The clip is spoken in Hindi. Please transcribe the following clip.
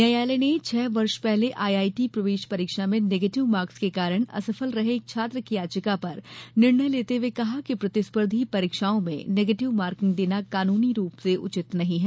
न्यायालय ने छह वर्ष पहले आईआईटी प्रवेश परीक्षा में नेगेटिव मार्क्स के कारण असफल रहे एक छात्र की याचिका पर निर्णय देते हुए कहा कि प्रतिस्पर्द्वी परीक्षाओं में नेगेटिव मार्किंग देना कानूनी रूप से उचित नहीं है